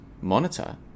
monitor